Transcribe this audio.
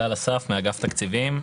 גל אסף, מאגף תקציבים.